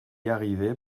arrivait